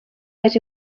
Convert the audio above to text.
més